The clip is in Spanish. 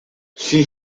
sin